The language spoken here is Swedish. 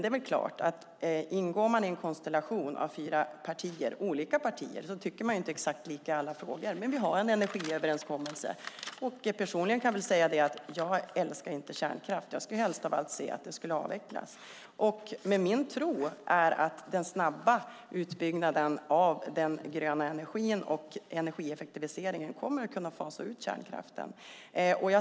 Det är klart att om man ingår i en konstellation av fyra partier, olika sådana, tycker man inte exakt likadant i alla frågor, men vi har en energiöverenskommelse. Jag personligen älskar inte kärnkraft utan skulle helst vilja se den avvecklas. Min tro är att den snabba utbygganden av den gröna energin och energieffektiviseringen kommer att kunna fasa ut kärnkraften.